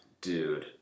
dude